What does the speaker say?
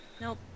Nope